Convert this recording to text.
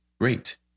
Great